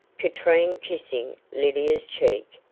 katrine kissing lydia's cheek,